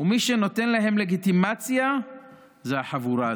ומי שנותן להם לגיטימציה זה החבורה הזו.